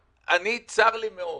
צר לי מאוד